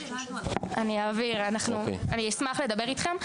אני אעביר ואשמח לדבר איתכם.